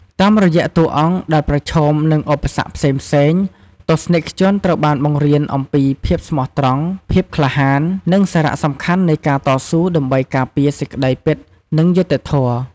តាមរយៈតួអង្គដែលប្រឈមនឹងឧបសគ្គផ្សេងៗ ទស្សនិកជនត្រូវបានបង្រៀនអំពីភាពស្មោះត្រង់ ភាពក្លាហាន និងសារៈសំខាន់នៃការតស៊ូដើម្បីការពារសេចក្តីពិតនិងយុត្តិធម៌។